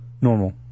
Normal